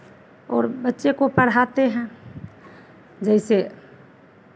और बच्चे को पढ़ाते हैं जैसे